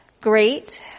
great